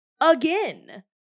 again